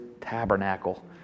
tabernacle